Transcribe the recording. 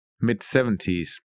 mid-70s